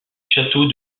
château